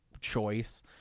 choice